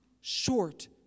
short